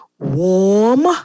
Warm